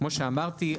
כמו שאמרתי,